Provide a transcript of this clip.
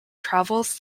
travels